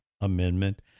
amendment